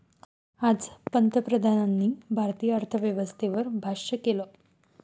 आज पंतप्रधानांनी भारतीय अर्थव्यवस्थेवर भाष्य केलं